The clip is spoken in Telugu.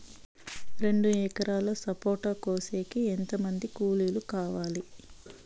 రెండు ఎకరాలు సపోట కోసేకి ఎంత మంది కూలీలు కావాలి?